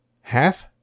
Half